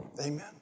Amen